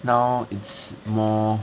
now it's more